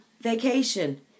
vacation